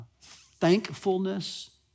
thankfulness